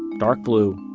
dark blue.